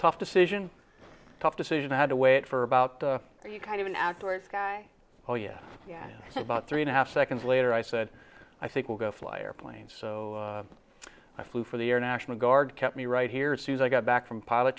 tough decision tough decision had to wait for about are you kind of an outdoors guy oh yeah yeah about three and a half seconds later i said i think we'll go fly airplanes so i flew for the air national guard kept me right here c s i got back from pilot